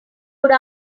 would